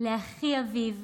לאחי אביב,